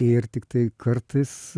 ir tiktai kartais